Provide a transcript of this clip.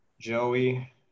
Joey